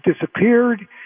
disappeared